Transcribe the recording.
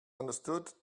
understood